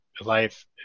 life